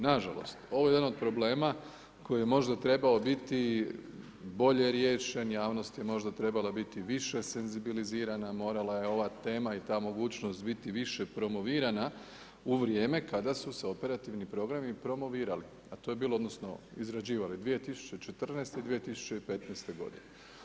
Nažalost, ovo je jedan od problema koji je možda trebao biti bolje riješen, javnost je možda treba biti možda više senzibilizirana morala je ova tema i ta mogućnost biti više promovirana u vrijeme kada su se operativnih programi promovirali, a to je bilo odnosno izrađivali 2014. i 2015. godine.